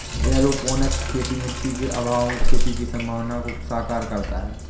aeroponics खेती मिट्टी के अभाव में खेती की संभावना को साकार करता है